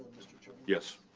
can yes.